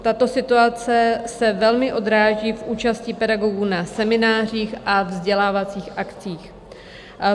Tato situace se velmi odráží v účasti pedagogů na seminářích a vzdělávacích akcích.